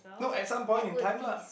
no at some point in time lah